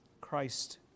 Christ